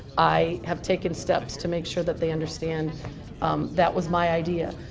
i have taken steps to make sure that they understand um that was my idea.